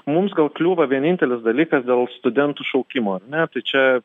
mums gal kliūva vienintelis dalykas dėl studentų šaukimo na tai čia